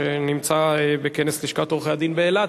שנמצא בכנס לשכת עורכי-הדין באילת,